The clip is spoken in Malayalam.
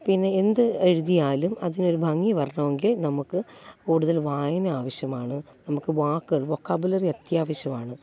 പിന്നെ എന്ത് എഴുതിയാലും അതിനൊരു ഭംഗി വരണമെങ്കിൽ നമുക്ക് കൂടുതൽ വായന ആവശ്യമാണ് നമുക്ക് വാക്കുകൾ വൊക്കാബുലറി അത്യാവശ്യമാണ്